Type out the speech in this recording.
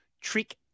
trick